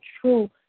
true